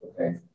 Okay